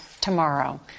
tomorrow